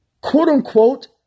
Quote-unquote